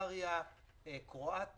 שמהדיון הזה נוכל להתקדם לשם.